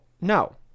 no